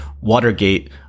Watergate